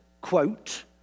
quote